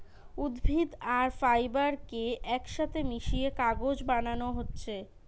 উদ্ভিদ আর ফাইবার কে একসাথে মিশিয়ে কাগজ বানানা হচ্ছে